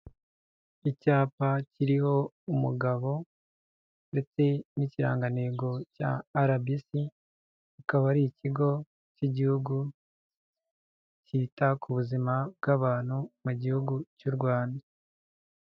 Icyapa kiriho umugabo ndetse n'ikirangantego cya RBC, akaba ari ikigo cy'igihugu cyita ku buzima bw'abantu mu gihugu cy'u Rwanda.